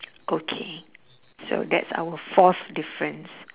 okay so that's our fourth difference